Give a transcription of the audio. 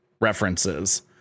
references